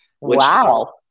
Wow